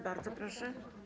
Bardzo proszę.